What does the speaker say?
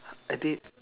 I think